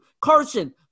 Carson